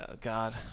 God